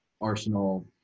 Arsenal